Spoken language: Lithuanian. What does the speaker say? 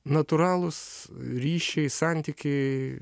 natūralūs ryšiai santykiai